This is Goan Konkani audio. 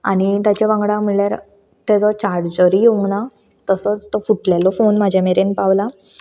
आनी ताच्या वांगडा म्हणल्यार ताजो चार्जरूय येवंक ना तसोच तो फुटलेलो फोन म्हज्या मेरेन पावला